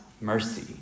mercy